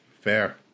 Fair